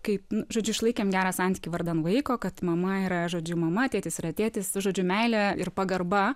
kaip nu žodžiu išlaikėm gerą santykį vardan vaiko kad mama yra žodžiu mama tėtis yra tėtis žodžiu meilė ir pagarba